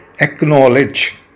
acknowledge